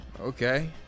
Okay